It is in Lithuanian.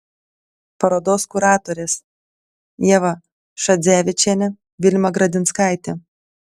parodos kuratorės ieva šadzevičienė vilma gradinskaitė